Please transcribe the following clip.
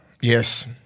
Yes